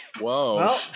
Whoa